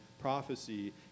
prophecy